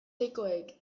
deikoek